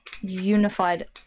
unified